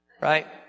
Right